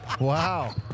Wow